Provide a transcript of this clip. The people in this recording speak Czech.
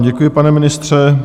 Děkuji vám, pane ministře.